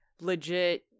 legit